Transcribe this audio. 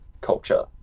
culture